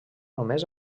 només